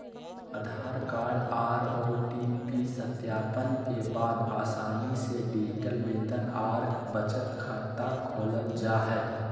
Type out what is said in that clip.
आधार card आर OTP सत्यापन के बाद आसानी से डिजिटल वेतन आर बचत खाता खोलल जा हय